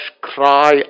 cry